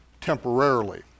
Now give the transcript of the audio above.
temporarily